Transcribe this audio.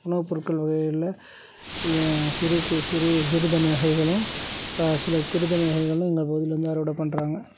உணவுப் பொருட்கள் வகைகளில் சிறுக்கு சிறு சிறு தானிய வகைகளும் இப்போ சில சிறு தானிய வகைகளும் எங்கள் பகுதியில் வந்து அறுவடை பண்ணுறாங்க